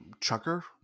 Chucker